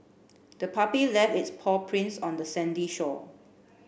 the puppy left its paw prints on the sandy shore